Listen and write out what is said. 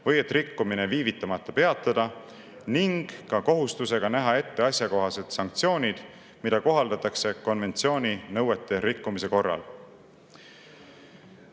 või et rikkumine viivitamata peatada, ning ka kohustusega näha ette asjakohased sanktsioonid, mida kohaldatakse konventsiooni nõuete rikkumise korral. Muu